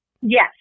yes